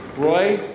roy.